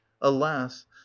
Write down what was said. alas